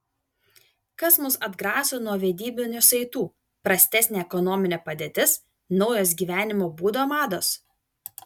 kas mus atgraso nuo vedybinių saitų prastesnė ekonominė padėtis naujos gyvenimo būdo mados